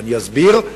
ואני אסביר.